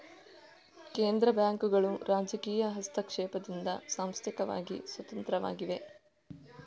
ಕೇಂದ್ರ ಬ್ಯಾಂಕುಗಳು ರಾಜಕೀಯ ಹಸ್ತಕ್ಷೇಪದಿಂದ ಸಾಂಸ್ಥಿಕವಾಗಿ ಸ್ವತಂತ್ರವಾಗಿವೆ